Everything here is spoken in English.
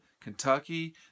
Kentucky